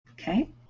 okay